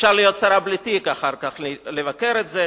אפשר לבקר את זה,